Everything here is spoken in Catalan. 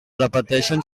repeteixen